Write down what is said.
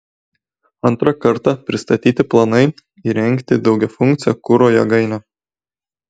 antrą kartą pristatyti planai įrengti daugiafunkcę kuro jėgainę